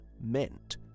meant